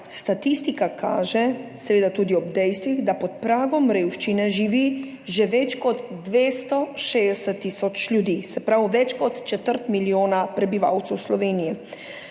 statistika kaže, seveda tudi ob dejstvih, da pod pragom revščine živi že več kot 260 tisoč ljudi, se pravi več kot četrt milijona prebivalcev Slovenije,